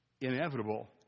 inevitable